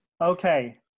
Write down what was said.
Okay